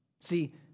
See